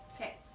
Okay